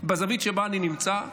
בזווית שבה אני נמצא,